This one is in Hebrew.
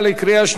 רבותי,